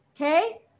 okay